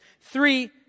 three